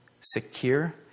secure